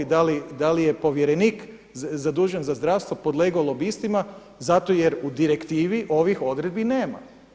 Da li je povjerenik zadužen za zdravstvo podlegao lobistima zato jer u direktivi ovih odredbi nema.